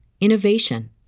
innovation